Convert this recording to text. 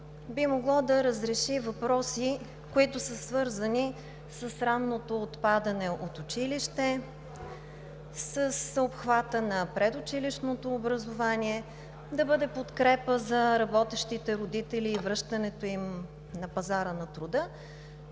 би могло да разреши въпросите, които са свързани с ранното отпадане от училище, с обхвата на предучилищното образование, да бъде подкрепа за работещите родители и връщането им на пазара на труда,